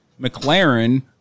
McLaren